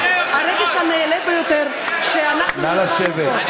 הרגש הנעלה ביותר שאנחנו ניחנו בו,